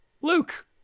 Luke